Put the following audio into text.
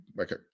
okay